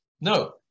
no